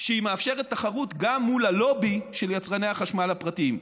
שהיא מאפשרת תחרות גם מול הלובי של יצרני החשמל הפרטיים.